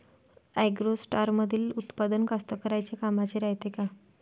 ॲग्रोस्टारमंदील उत्पादन कास्तकाराइच्या कामाचे रायते का?